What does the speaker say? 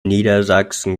niedersachsen